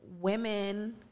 women